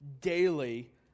daily